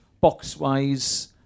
box-wise